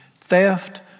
theft